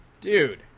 dude